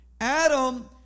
Adam